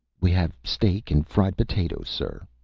we have steak and fried potatoes, sir,